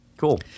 Cool